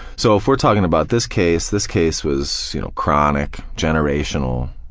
so if we're talking about this case, this case was you know chronic, generational,